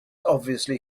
obviously